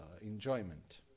enjoyment